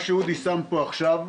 אני אומר לך שמה שאודי אמר עכשיו,